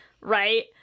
right